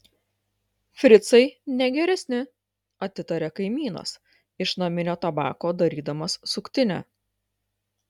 fricai ne geresni atitaria kaimynas iš naminio tabako darydamas suktinę